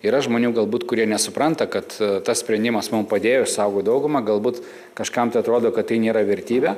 yra žmonių galbūt kurie nesupranta kad tas sprendimas mum padėjo išsaugot daugumą galbūt kažkam tai atrodo kad tai nėra vertybė